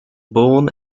born